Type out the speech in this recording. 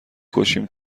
کشیم